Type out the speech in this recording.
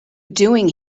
doing